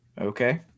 Okay